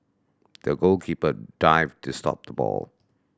the goalkeeper dived to stop the ball